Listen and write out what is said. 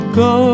go